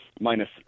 minus